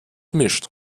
mischt